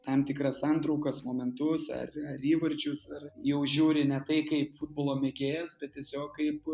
tam tikra santraukas momentus ar ar įvarčius ar jau žiūri ne tai kaip futbolo mėgėjas bet tiesiog kaip